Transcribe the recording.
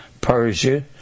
Persia